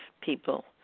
people